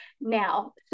now